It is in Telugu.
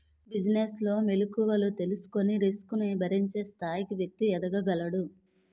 బిజినెస్ లో మెలుకువలు తెలుసుకొని రిస్క్ ను భరించే స్థాయికి వ్యక్తి ఎదగగలడు